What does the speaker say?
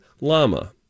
Lama